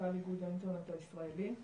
מנכ"ל איגוד האינטרנט הישראלי.